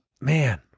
Man